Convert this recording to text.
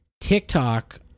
TikTok